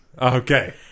Okay